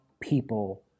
people